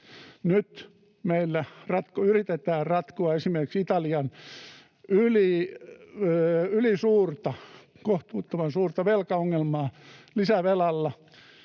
Nyt meillä yritetään ratkoa esimerkiksi Italian ylisuurta, kohtuuttoman suurta velkaongelmaa lisävelalla